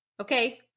okay